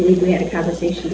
he had a conversation